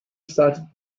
started